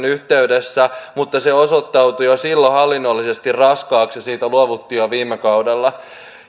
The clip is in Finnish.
yhteydessä mutta se osoittautui jo silloin hallinnollisesti raskaaksi siitä luovuttiin jo viime kaudella